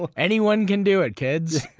but anyone can do it, kids.